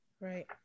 right